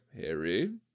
Harry